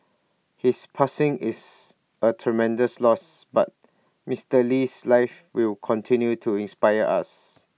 his passing is A tremendous loss but Mister Lee's life will continue to inspire us